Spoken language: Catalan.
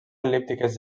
el·líptiques